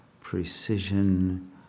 precision